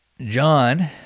John